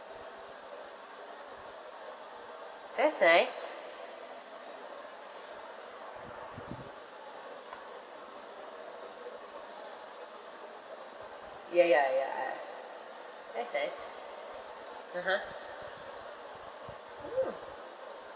that's nice ya ya ya ah that's nice (uh huh) mm